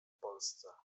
polsce